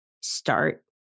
start